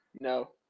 No